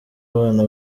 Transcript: abana